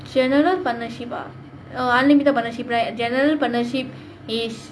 general partnership ah oh unlimited partnership right general partnership is